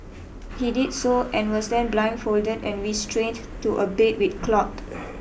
he did so and was then blindfolded and restrained to a bed with cloth